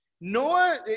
Noah